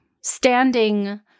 standing –